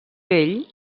ell